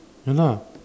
ya lah